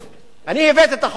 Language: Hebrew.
אני הבאתי את החוק הזה,